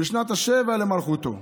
בשנת השבע למלכותו.